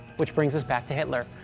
which brings us back to hitler,